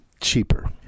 cheaper